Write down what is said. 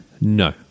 No